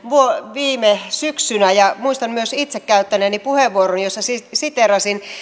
viime syksynä että muistan myös itse käyttäneeni puheenvuoron jossa siteerasin